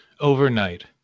Overnight